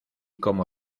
como